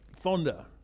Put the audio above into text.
thunder